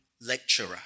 lecturer